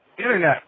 internet